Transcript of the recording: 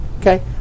Okay